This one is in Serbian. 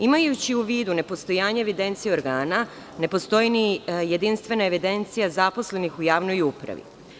Imajući u vidu nepostojanje evidencije organa, ne postoji ni jedinstvena evidencija zaposlenih u javnoj upravi.